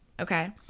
okay